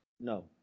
No